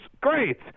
great